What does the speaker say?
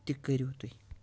تہِ کٔرِو تُہۍ